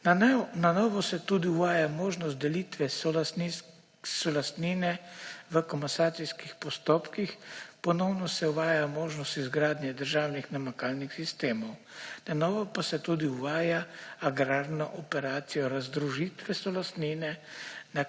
Na novo se tudi uvaja možnost delitve solastnine v komasacijskih postopkih, ponovno se uvaja možnost izgradnje državnih namakalnih sistemov. Na novo pa se tudi uvaja agrarna operacija razdružitve solastnine